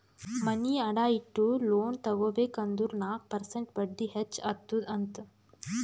ಮನಿ ಅಡಾ ಇಟ್ಟು ಲೋನ್ ತಗೋಬೇಕ್ ಅಂದುರ್ ನಾಕ್ ಪರ್ಸೆಂಟ್ ಬಡ್ಡಿ ಹೆಚ್ಚ ಅತ್ತುದ್ ಅಂತ್